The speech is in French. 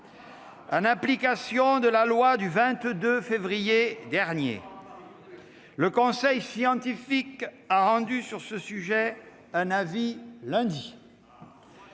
En application de la loi du 22 février 2021, le conseil scientifique a rendu sur ce sujet un avis lundi